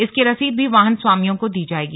इसकी रसीद भी वाहन स्वामियों को दी जाएगी